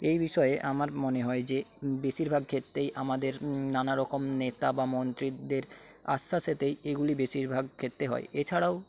এই বিষয়ে আমার মনে হয় যে বেশিরভাগ ক্ষেত্রেই আমাদের নানারকম নেতা বা মন্ত্রীদের আশ্বাসেতেই এইগুলি বেশিরভাগ ক্ষেত্রে হয় এছাড়াও